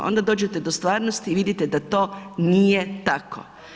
Onda dođete do stvarnosti i vidite da to nije tako.